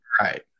Right